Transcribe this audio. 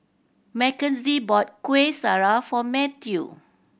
Mackenzie bought Kuih Syara for Matthew